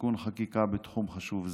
לתיקון חקיקה בתחום חשוב זה.